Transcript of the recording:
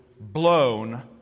blown